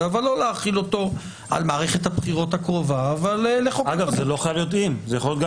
אבל דומני גם ביחס לוועדות אחרות מעיד כאלף עדים שהדיון הזה